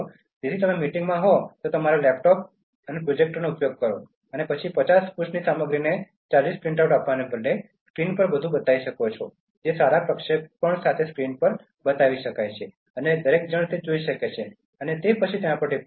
તેથી જો તમે મીટિંગમાં હોવ તો તમારા લેપટોપ અને પ્રોજેક્ટરનો ઉપયોગ કરો અને પછી તમે 50 પૃષ્ઠની સામગ્રીના 40 પ્રિન્ટઆઉટ આપવાને બદલે સ્ક્રીન પર બધું બતાવી શકો છો જે સારા પ્રક્ષેપણ સાથે સ્ક્રીન પર ફક્ત બતાવી શકાય છે અને દરેક જણ જોઈ શકે છે અને તો પછી તેના પર ટિપ્પણી કરો